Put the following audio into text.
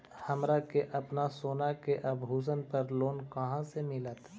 हमरा के अपना सोना के आभूषण पर लोन कहाँ से मिलत?